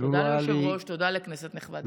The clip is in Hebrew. תודה ליושב-ראש, תודה לכנסת הנכבדה.